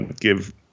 give